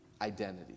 identity